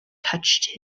touched